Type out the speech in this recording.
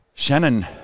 Shannon